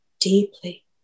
deeply